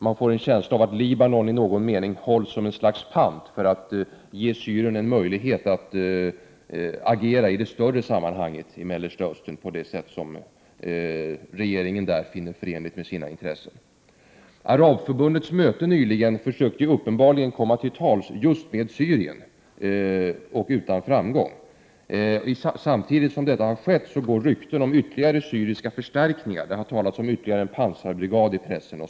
Man får en känsla av att Libanon i någon mening hålls som en pant för att ge Syrien möjlighet att agera i det större sammanhanget i Mellersta Östern på det sätt som regeringen där finner det förenligt med sina intressen. Arabförbundets möte nyligen försökte uppenbarligen komma till tals just med syrierna, men utan framgång. Samtidigt som detta skedde går rykten om ytterligare syriska förstärkningar — det har i pressen talats om ytterligare en pansarbrigad.